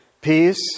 peace